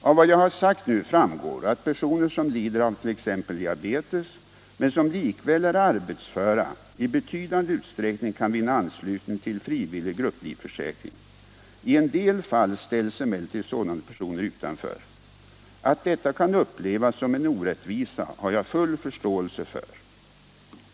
Av vad jag har sagt nu framgår att personer som lider av t.ex. diabetes men som likväl är arbetsföra i betydande utsträckning kan vinna anslutning till frivillig grupplivförsäkring. I en del fall ställs emellertid sådana personer utanför. Att detta kan upplevas som en orättvisa har jag full förståelse för.